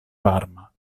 varma